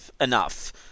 enough